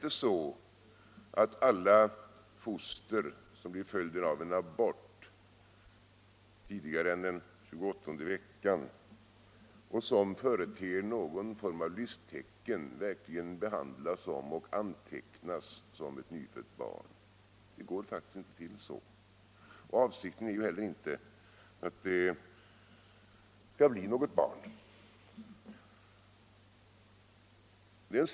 Ett foster som tas fram vid en abort tidigare än den 28:e havandeskapsveckan och som företer någon form av livstecken behandlas i verkligheten inte som ett nyfött barn och antecknas inte som ett sådant. Detta sker faktiskt inte; och avsikten var ju inte heller att det skulle bli något barn.